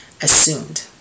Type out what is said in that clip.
assumed